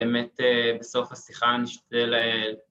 ‫באמת, בסוף השיחה אני שוקל ל...